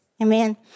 amen